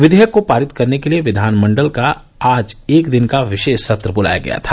विधेयक को पारित करने के लिए विधानमण्डल का आज एक दिन का विशेष सत्र ब्लाया गया था